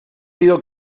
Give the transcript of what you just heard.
sido